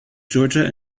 georgia